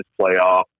playoff